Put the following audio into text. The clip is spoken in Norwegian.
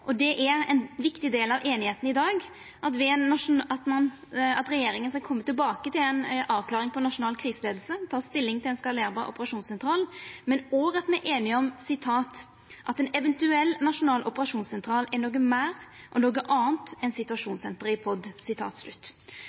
kvardagen. Det er ein viktig del av einigheita i dag at regjeringa skal koma tilbake til ei avklaring om nasjonal kriseleiing, ta stilling til ein skalerbar operasjonssentral, men òg at me er einige om at «en eventuell nasjonal operasjonssentral er noe mer og noe annet enn situasjonssenteret i